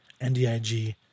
NDIG